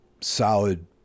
solid